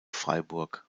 freiburg